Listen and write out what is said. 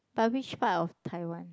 but which part of Taiwan